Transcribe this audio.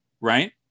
right